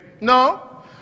No